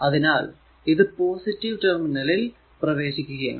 അതിനാൽ ഇത് പോസിറ്റീവ് ടെർമിനലിൽ പ്രവേശിക്കുകയാണ്